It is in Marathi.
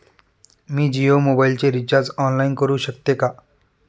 मी जियो मोबाइलचे रिचार्ज ऑनलाइन करू शकते का?